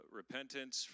repentance